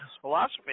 philosophy